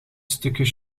stukjes